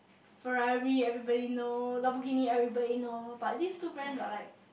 Ferrari everybody know Lamborghini everybody know but these two brands are like